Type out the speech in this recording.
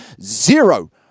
zero